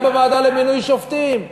שיהיה גם בוועדה למינוי שופטים.